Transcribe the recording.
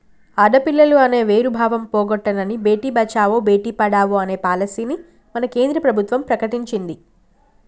ఆడపిల్లలు అనే వేరు భావం పోగొట్టనని భేటీ బచావో బేటి పడావో అనే పాలసీని మన కేంద్ర ప్రభుత్వం ప్రకటించింది